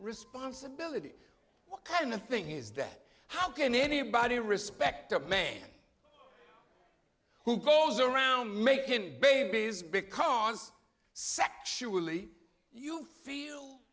responsibility and the thing is that how can anybody respect a man who goes around making babies because sexually you feel